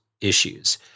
issues